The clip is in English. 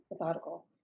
methodical